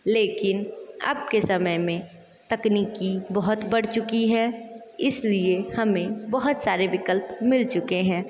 लेकिन अब के समय में तकनीकी बहुत बढ़ चुकी है इसलिए हमें बहुत सारे विकल्प मिल चुके हैं